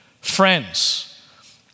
friends